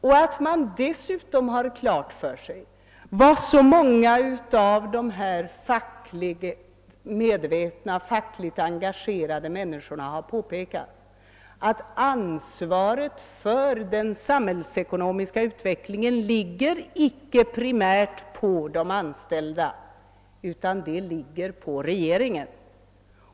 Dessutom bör man ha klart för sig vad många av de fackligt engagenet framhållit är det symtomatiskt att ansvaret för den samhällsekonomiska utvecklingen primärt icke åvilar de anställda, utan regeringen.